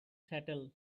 settle